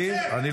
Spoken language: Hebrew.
כן, אני מרוצה.